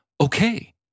okay